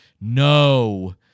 no